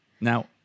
Now